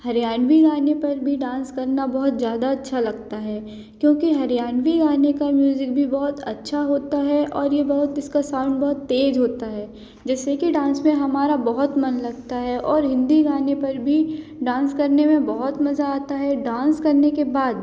हरयाणवी गाने पर भी डांस करना बहुत ज़्यादा अच्छा लगता है क्योंकि हरियाणवी गाने का म्यूज़िक भी बहुत अच्छा होता है और ये बहुत इसका साउंड बहुत तेज़ होता है जैसे कि डांस में हमारा बहुत मन लगता है और हिंदी गाने पर भी डांस करने में बहुत मज़ा आता है डांस करने के बाद